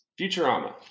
Futurama